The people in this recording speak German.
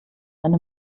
eine